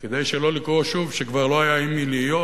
כדי שלא לקרוא שוב שכבר לא היה עם מי להיות,